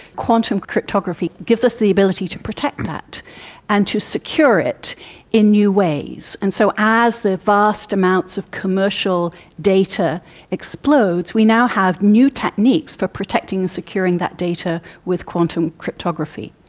quantum cryptography gives us the ability to protect that and to secure it in new ways. and so as the vast amounts of commercial data explodes, we now have new techniques for protecting and securing that data with quantum cryptography.